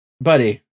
buddy